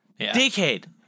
Dickhead